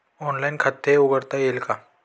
Online खाते उघडता येईल का?